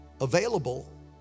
available